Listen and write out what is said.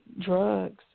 drugs